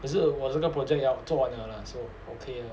可是我这个 project 要做完 liao 了 so okay lah